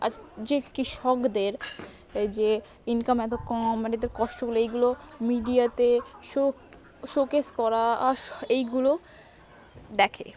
আজ যে কৃষকদের যে ইনকাম এত কম মানে এদের কষ্টগুলো এইগুলো মিডিয়াতে শো শোকেস করা আর এইগুলো দেখে